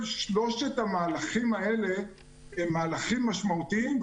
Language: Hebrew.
ששלושת המהלכים האלה הם מהלכים משמעותיים,